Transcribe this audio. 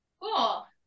Cool